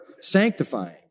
sanctifying